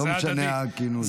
לא משנה הכינוי.